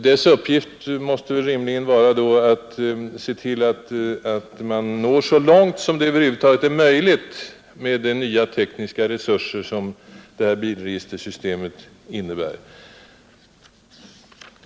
Dess uppgift är uppenbarligen att söka nå så långt som det över huvud taget är möjligt med de nya tekniska resurser som det nya bilregistersystemet innebär.